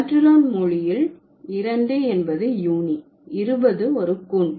மேற்றிலோன் மொழியில் இரண்டு என்பது யூனி இருபது ஒரு குன்